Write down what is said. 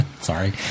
Sorry